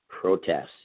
protests